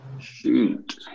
Shoot